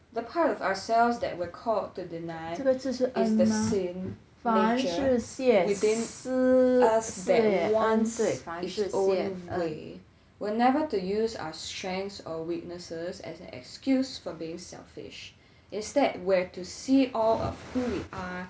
the part of ourselves that we're called to deny is the sin nature within us that wants its own way we are never to use our strengths or weaknesses as an excuse for being selfish instead we're to see all of who we are